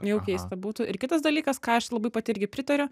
jau keista būtų ir kitas dalykas ką aš labai pati irgi pritariu